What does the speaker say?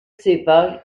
cépages